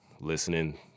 listening